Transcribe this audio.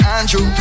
Andrew